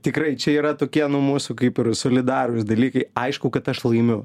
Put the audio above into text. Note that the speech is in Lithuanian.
tikrai čia yra tokie nu mūsų kaip ir solidarūs dalykai aišku kad aš laimiu